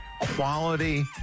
quality